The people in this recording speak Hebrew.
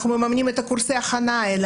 אנחנו מממנים את קורסי ההכנה האלה,